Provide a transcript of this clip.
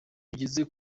bigeze